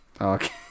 Okay